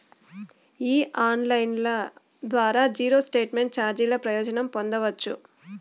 ఈ ఆన్లైన్ లోన్ల ద్వారా జీరో స్టేట్మెంట్ చార్జీల ప్రయోజనం పొందచ్చు